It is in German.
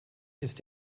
ist